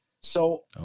So-